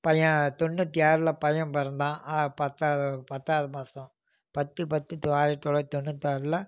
பையன் தொண்ணூற்றி ஆறில் பையன் பிறந்தான் பத்தாவது பத்தாவது மாதம் பத்து பத்து தொள்ளாயிரத்தி ஆயிரத்தி தொள்ளாயிரத்தி தொண்ணூற்றி ஆறில்